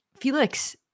Felix